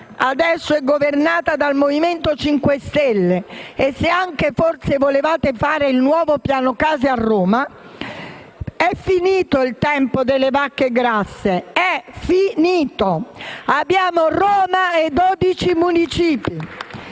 adesso è governata dal Movimento 5 Stelle e se anche volevate fare il piano casa a Roma, il tempo delle vacche grasse è finito, è finito! Abbiamo Roma e 12 municipi!